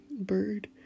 bird